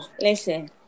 listen